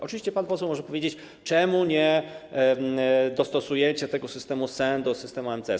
Oczywiście pan poseł może powiedzieć: Czemu nie dostosujecie systemu SENT do systemu EMCS?